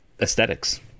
aesthetics